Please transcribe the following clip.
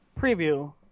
preview